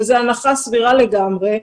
וזו הנחה סבירה לגמרי,